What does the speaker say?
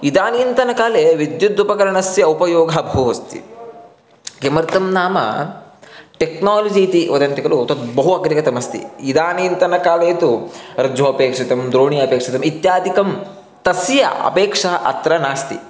इदानीन्तनकाले विद्युतदुपकरणस्य उपयोगः बहु अस्ति किमर्तं नाम टेक्नालोजि इति वदन्ति खलु तद् बहु अग्रेगतमस्ति इदानीन्तनकाले तु रज्जुः अपेक्षितः द्रोणिः अपेक्षिता इत्यादिकं तस्य अपेक्षा अत्र नास्ति